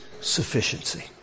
sufficiency